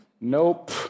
Nope